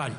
אבל